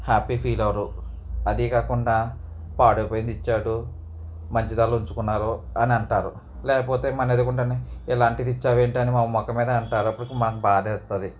happy feel అవ్వరు అదీ కాకుండా పాడైపోయింది ఇచ్చాడు మంచిది వాళ్ళు ఉంచుకున్నారు అని అంటారు లేకపోతే మన ఎదురుగుండానే ఎలాంటిది ఇచ్చావు ఏంటని మన ముఖం మీదే అంటారు అప్పుడు మన బాధేస్తుంది